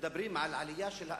מדברים על עלייה של האנטישמיות?